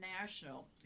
national